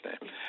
name